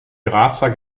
grazer